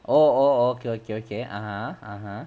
oh oh okay okay okay (uh huh) (uh huh)